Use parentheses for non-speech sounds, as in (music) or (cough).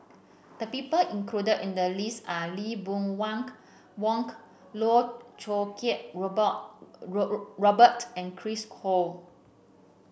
the people included in the list are Lee Boon Wang Vang Loh Choo Kiat (unintelligible) Robert and Chris Ho (noise)